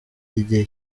igihe